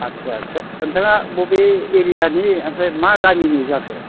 आथ्सा नोंथाङा बबे एरियानि ओमफ्राय मा गामिनि जाखो